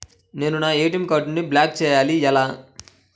నేను నా ఏ.టీ.ఎం కార్డ్ను బ్లాక్ చేయాలి ఎలా?